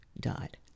died